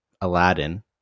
Aladdin